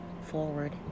forward